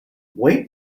wait